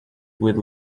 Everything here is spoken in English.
with